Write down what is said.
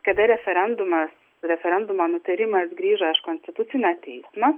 kada referendumas referendumo nutarimas grįžo iš konstitucinio teismo